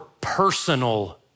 personal